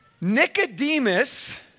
Nicodemus